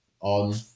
on